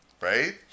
right